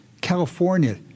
California